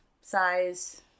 size